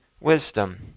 wisdom